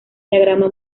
diagrama